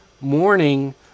morning